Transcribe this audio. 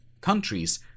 countries